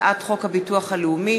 הצעת חוק הביטוח הלאומי